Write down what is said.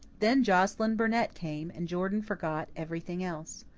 then joscelyn burnett came, and jordan forgot everything else.